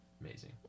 amazing